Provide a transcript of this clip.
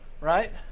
Right